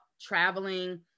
traveling